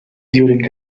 during